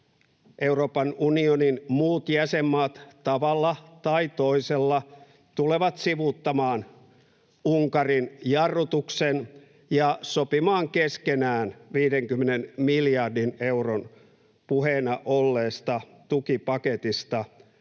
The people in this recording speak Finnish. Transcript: Euroopan unionin muut jäsenmaat tavalla tai toisella tulevat sivuuttamaan Unkarin jarrutuksen ja sopimaan keskenään 50 miljardin euron puheena olleesta tukipaketista